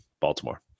Baltimore